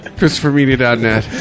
ChristopherMedia.net